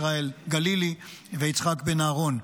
ישראל גלילי ויצחק בן אהרון.